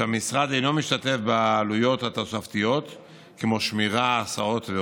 שהמשרד אינו משתתף בעלויות התוספתיות כמו שמירה והסעות.